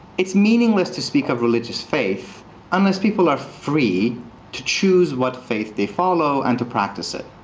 it's meaningless to speak of religious faith unless people are free to choose what faith they follow, and to practice it.